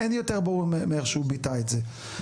אין יותר ברור מאיך שהוא ביטא את זה.